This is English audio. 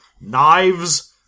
knives